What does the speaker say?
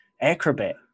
acrobat